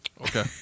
Okay